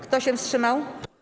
Kto się wstrzymał?